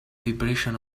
vibrations